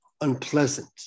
unpleasant